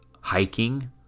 hiking